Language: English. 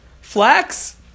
flax